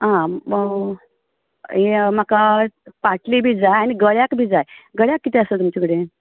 आं हें म्हाका पाटली बी जाय आनीक गळ्याक बी जाय गळ्याक कितें आसा तुमचे कडेन